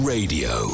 Radio